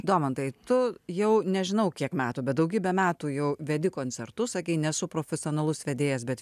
domantai tu jau nežinau kiek metų bet daugybę metų jau vedi koncertus sakei nesu profesionalus vedėjas bet